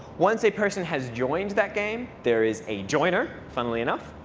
once a person has joined that game, there is a joiner, funnily enough,